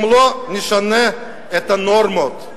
אם לא נשנה את הנורמות".